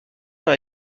dans